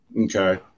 Okay